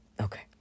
Okay